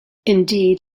indeed